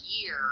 year